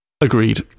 agreed